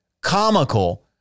comical